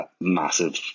massive